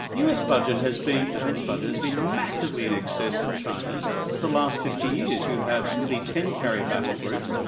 u. s. budget has been defense budget, has been massively in excess of china's for the last fifty years. you have nearly ten carrier battle groups.